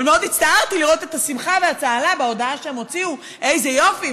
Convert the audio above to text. אבל מאוד הצטערתי לראות את השמחה והצהלה בהודעה שהם הוציאו: איזה יופי,